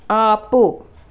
ఆపు